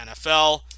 NFL